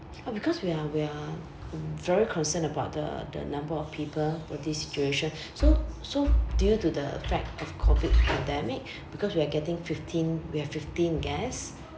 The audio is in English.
oh because we are we are very concerned about the the number of people for this situation so so due to the fact of COVID pandemic because we are getting fifteen we have fifteen guests